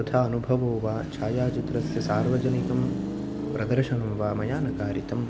तथा अनुभवो वा छायाचित्रस्य सार्वजनिकं प्रदर्शनं वा मया न कारितम्